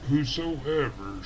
Whosoever